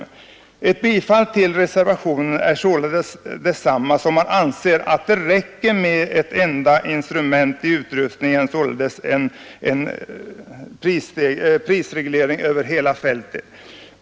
Ett bifall till reservationen är sålunda detsamma som att man anser att det räcker med ett enda instrument i utrustningen, dvs. en prisreglering över hela fältet.